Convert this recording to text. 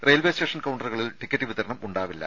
railway station കൌണ്ടറുകളിൽ ticket വിതരണം ഉണ്ടാവില്ല